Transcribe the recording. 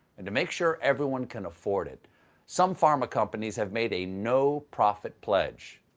and to make sure everyone can afford it some pharma companies have made a no profit pledge.